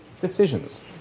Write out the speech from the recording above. decisions